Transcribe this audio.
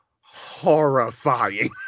horrifying